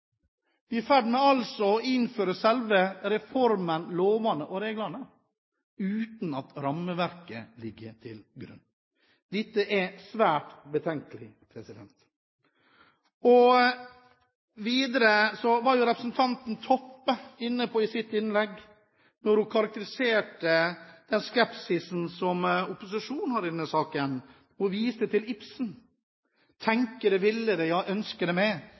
er i ferd med å innføre selve reformen, lovene og reglene uten at rammeverket ligger til grunn. Dette er svært betenkelig. Videre var representanten Toppe i sitt innlegg inne på det, da hun karakteriserte den skepsisen som opposisjonen hadde i denne saken. Hun viste til Ibsen: «Ja, tænke det; ønske det, ville det med, men gøre det!»